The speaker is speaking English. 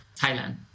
Thailand